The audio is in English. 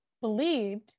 believed